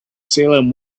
salem